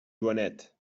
joanet